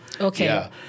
okay